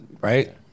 right